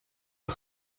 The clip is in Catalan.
que